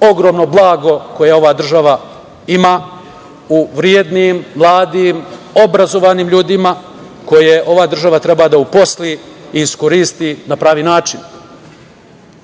ogromno blago koje ova država ima u vrednim mladim, obrazovanim ljudima koje ova država treba da uposli i iskoristi na pravi način. Upravo